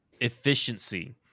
efficiency